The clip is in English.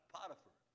Potiphar